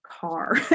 car